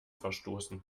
verstoßen